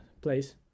place